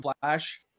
flash